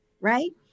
right